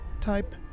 type